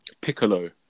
piccolo